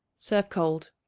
serve cold.